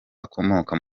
akomoka